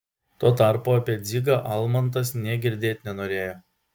tuo tarpu apie dzigą almantas nė girdėt nenorėjo